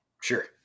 Sure